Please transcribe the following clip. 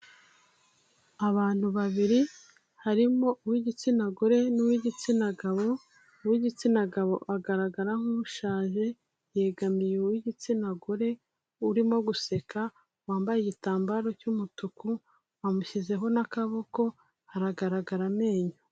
Abantu babiri, harimo uw'igitsina gore n'uw'igitsina gabo, uw'igitsina gabo agaragara nk'ushaje, yegamiye uw'igitsina gore urimo guseka, wambaye igitambaro cy'umutuku, amushyizeho n'akaboko, hagaragara amenyo.